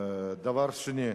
דבר שני,